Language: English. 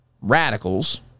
radicals